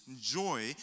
joy